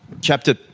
chapter